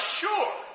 sure